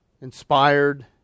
inspired